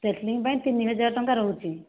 straightening ପାଇଁ ତିନି ହଜାର ଟଙ୍କା ରହୁଛି